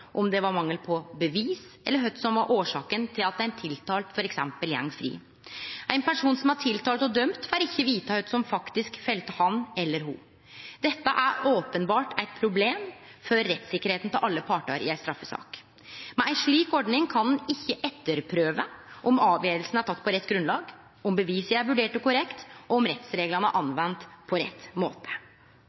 om det var mangel på bevis eller kva som var orsaka til at ein tiltalt f.eks. går fri. Ein person som er tiltalt og dømd, får ikkje vite kva som faktisk felte han eller ho. Dette er openbert eit problem for rettssikkerheita til alle partar i ei straffesak. Med ei slik ordning kan ein ikkje etterprøve om avgjerda er teken på rett grunnlag, om bevissida er vurdert korrekt og om rettsreglane er anvende på rett måte.